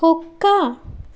కుక్క